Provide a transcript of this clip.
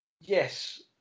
Yes